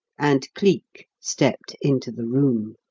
and cleek stepped into the room.